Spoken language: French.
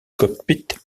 cockpit